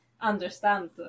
understand